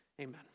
Amen